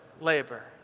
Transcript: labor